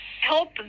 help